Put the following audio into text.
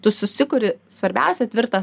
tu susikuri svarbiausia tvirtą